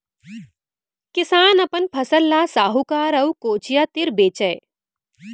किसान अपन फसल ल साहूकार अउ कोचिया तीर बेचय